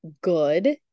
good